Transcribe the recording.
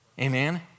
amen